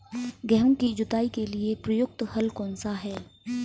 गेहूँ की जुताई के लिए प्रयुक्त हल कौनसा है?